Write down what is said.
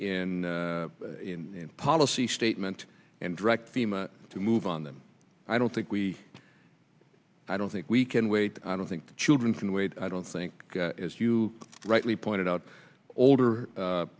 in in policy statement and direct fema to move on them i don't think we i don't think we can wait i don't think children can wait i don't think as you rightly pointed out older